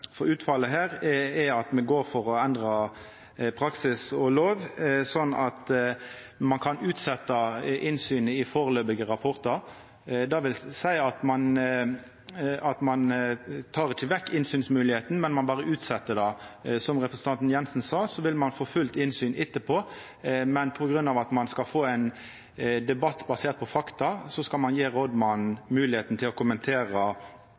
her er at me går for å endra praksis og lov sånn at ein kan utsetja innsynet i førebelse rapportar. Det vil seia at ein ikkje tek vekk innsynsmoglegheita, men ein utset det. Som representanten Jenssen sa, vil ein få fullt innsyn etterpå, men på grunn av at ein skal få ein debatt basert på fakta, skal ein gjera det mogleg for rådmannen å kommentera